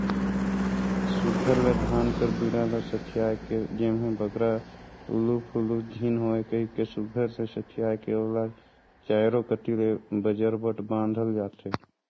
सुग्घर ले धान कर बीड़ा ल सथियाए के जेम्हे बगरा उलु फुलु झिन होए कहिके सुघर ले सथियाए के ओला चाएरो कती ले बजरबट बाधल जाथे